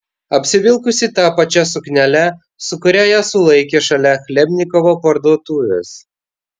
apsivilkusi ta pačia suknele su kuria ją sulaikė šalia chlebnikovo parduotuvės